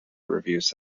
reviews